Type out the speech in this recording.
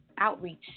outreach